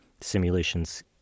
simulations